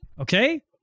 Okay